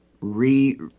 re